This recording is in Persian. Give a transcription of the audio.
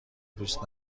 دوست